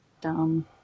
Dumb